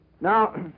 Now